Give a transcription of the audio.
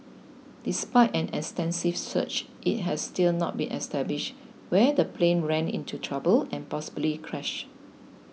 despite an extensive search it has still not been established where the plane ran into trouble and possibly crashed